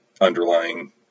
underlying